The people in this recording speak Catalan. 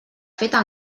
feta